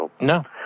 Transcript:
No